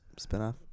spinoff